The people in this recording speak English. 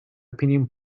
opinion